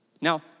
Now